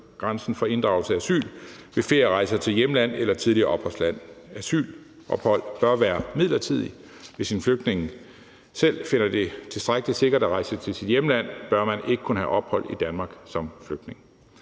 10-årsgrænsen for inddragelse af asyl ved ferierejser til hjemland eller tidligere opholdsland. Asylophold bør være midlertidigt. Hvis en flygtning selv finder det tilstrækkelig sikkert at rejse til sit hjemland, bør personen ikke kunne have ophold i Danmark som flygtning.